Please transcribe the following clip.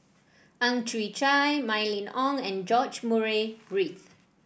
Ang Chwee Chai Mylene Ong and George Murray Reith